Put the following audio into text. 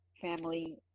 family